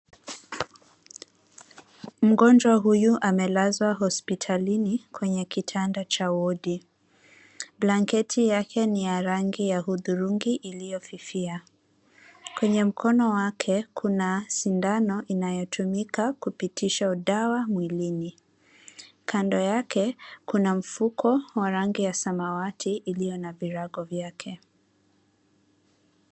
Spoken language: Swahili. Mgonjwa huyu amelazwa hospitalini kwenye kitanda cha wodi. Blanketi yake ni ya rangi ya hudhurungi iliyofifia. Kwenye mkono wake kuna sindano inayotumika kupitisha dawa mwilini. Kando yake kuna mfuko wa rangi ya samawati ilio na virago vyake.